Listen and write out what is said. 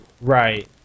Right